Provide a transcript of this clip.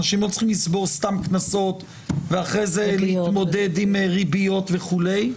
אנשים לא צריכים לצבור סתם קנסות ואחרי זה להתמודד עם ריביות וכולי.